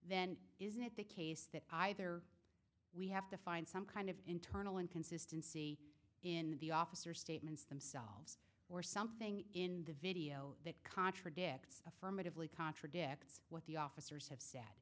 then isn't it the case that either we have to find some kind of internal inconsistency in the officer statements themselves or something in the video that contradicts affirmatively contradicts what the officers